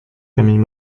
familles